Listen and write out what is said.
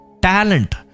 talent